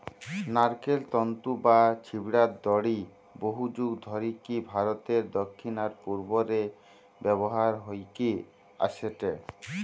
নারকেল তন্তু বা ছিবড়ার দড়ি বহুযুগ ধরিকি ভারতের দক্ষিণ আর পূর্ব রে ব্যবহার হইকি অ্যাসেটে